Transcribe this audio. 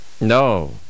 No